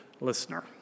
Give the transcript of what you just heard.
listener